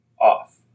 off